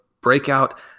breakout